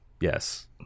yes